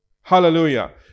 Hallelujah